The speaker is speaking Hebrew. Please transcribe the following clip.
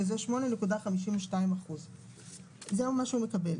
שזה 8.52%. זה מה שהוא מקבל.